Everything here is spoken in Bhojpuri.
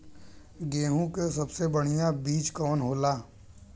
गेहूँक सबसे बढ़िया बिज कवन होला?